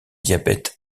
diabète